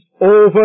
over